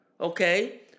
okay